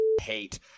hate